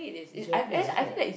Japanese isn't it